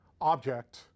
object